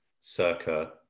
circa